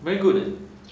very good eh